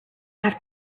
have